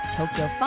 Tokyo